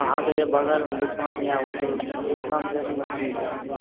आहाँक जे बगलमे दुकान यऽ ओ तऽ बहुत कम रेट बतबैत छथिन